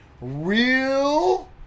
Real